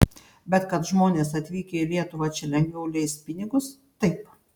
bet kad žmonės atvykę į lietuvą čia lengviau leis pinigus taip